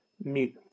mute